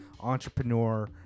entrepreneur